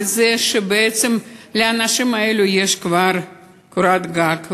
זה שבעצם לאנשים האלה יש כבר קורת גג,